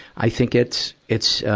i think it's, it's, ah,